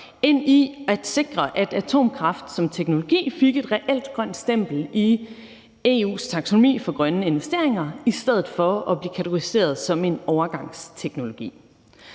ind i at sikre, at atomkraft som teknologi fik et reelt grønt stempel i EU's taksonomi for grønne investeringer i stedet for at blive kategoriseret som en overgangsteknologi.